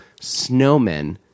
snowmen